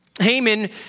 Haman